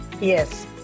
Yes